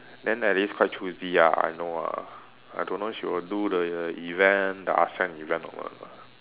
then Alice quite choosy ah I know ah I don't know she will do the event the Asean event or not ah